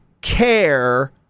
care